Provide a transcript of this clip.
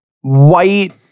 White